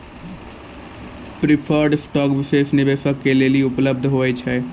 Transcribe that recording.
preferred stock विशेष निवेशक के लेली उपलब्ध होय छै